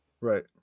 Right